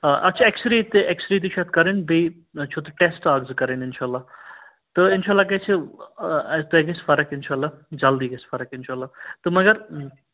اَتھ چھِ X ray تہِ اٮ۪کٕس رے تہِ چھِ اَتھ کرٕنۍ بیٚیہِ چھُ تۄہہِ ٹٮ۪سٹ اَکھ زٕ کرٕنۍ اِنشاء اللہ تہٕ اِنشاء اللہ گژھِ تۄہہِ گژھِ فرق اِنشاء اللہ جلدی گژھِ فرق اِنشاء اللہ تہٕ مگر